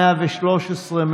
113,